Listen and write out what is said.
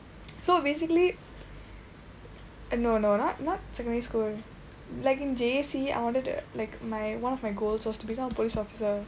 so basically eh no no not not secondary school like in J_C I wanted to like my one of my goals was to become a police officer